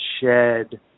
shed